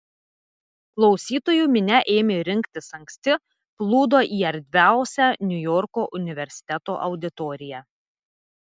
klausytojų minia ėmė rinktis anksti plūdo į erdviausią niujorko universiteto auditoriją